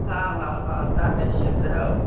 हा हा हा तव्हां निश्चित रहो